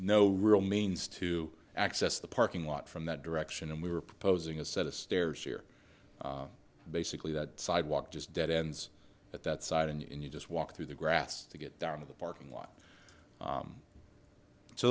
no real means to access the parking lot from that direction and we were proposing a set of stairs here basically that sidewalk just dead ends at that side and you just walk through the grass to get down to the parking lot